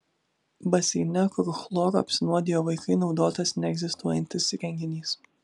baseine kur chloru apsinuodijo vaikai naudotas neegzistuojantis įrenginys